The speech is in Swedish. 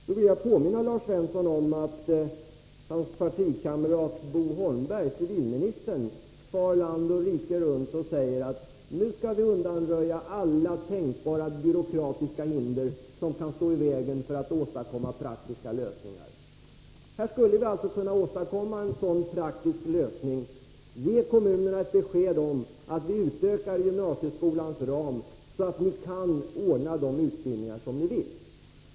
Nu vill jag påminna Lars Svensson om att hans partikamrat Bo Holmberg, civilministern, far land och rike runt och säger: Nu skall vi undanröja alla tänkbara byråkratiska hinder, som kan stå i vägen för praktiska lösningar. Här skulle vi alltså kunna åstadkomma en sådan praktisk lösning. Ge kommunerna besked om att gymnasieskolans ram utökas, så att de kan ordna de utbildningar de vill.